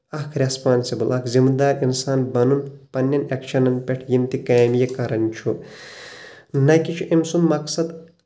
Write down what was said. اکھ ریٚسپانسِبٕل اکھ ذمہٕ دار انسان بنُن پننٮ۪ن ایٚکشنن پٮ۪ٹھ یِم تہِ کامہِ یہِ کران چھُ نہ کہِ چھُ أمۍ سُنٛد مقصد